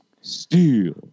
steel